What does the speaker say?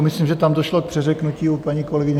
Myslím, že tam došlo k přeřeknutí u paní kolegyně.